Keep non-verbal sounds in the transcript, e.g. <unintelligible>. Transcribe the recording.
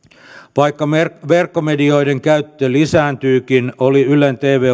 vaikka verkkomedioiden käyttö lisääntyykin oli ylen tv <unintelligible>